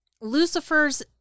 Lucifer's